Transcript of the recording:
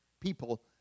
people